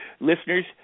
listeners